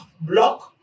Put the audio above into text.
Block